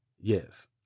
yes